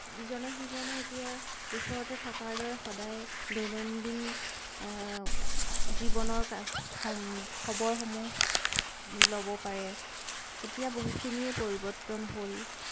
ইজনে সিজনে এতিয়া ওচৰতে থকাৰ দৰে সদায় দৈনন্দিন জীৱনৰ খবৰসমূহ ল'ব পাৰে এতিয়া বহুখিনিয়ে পৰিৱৰ্তন হ'ল